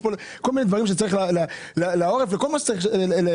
יש כל מיני דברים שצריך לעורף וכל מה שצריך לאשר,